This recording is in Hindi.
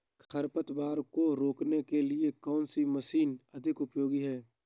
खरपतवार को रोकने के लिए कौन सी मशीन अधिक उपयोगी है?